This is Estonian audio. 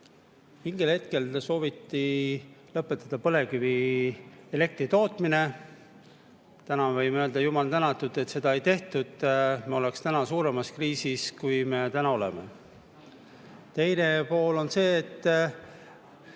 Mingi aeg sooviti lõpetada põlevkivielektri tootmine. Täna võime öelda, jumal tänatud, et seda ei tehtud. Me oleks suuremas kriisis, kui me praegu oleme. Teine pool on see, et